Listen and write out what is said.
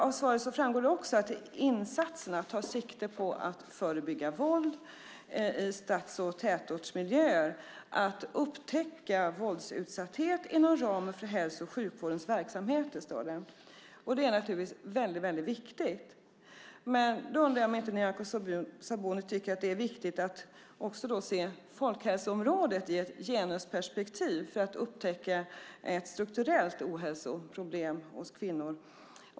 Av svaret framgår att insatserna tar sikte på att förebygga våld i stads och tätortsmiljöer och att upptäcka våldsutsatthet inom ramen för hälso och sjukvårdens verksamheter. Så står det. Detta är naturligtvis viktigt. Men jag undrar om inte Nyamko Sabuni tycker att det är viktigt att också se folkhälsoområdet i ett genusperspektiv för att upptäcka ett strukturellt ohälsoproblem hos kvinnor.